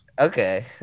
Okay